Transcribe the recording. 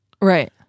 Right